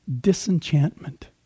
disenchantment